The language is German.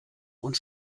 und